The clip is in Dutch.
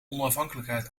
onafhankelijkheid